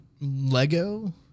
Lego